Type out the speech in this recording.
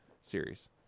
series